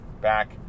back